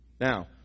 Now